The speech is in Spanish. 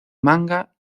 manga